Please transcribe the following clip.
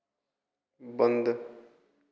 बंद